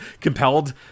compelled